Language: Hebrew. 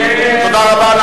תודה רבה.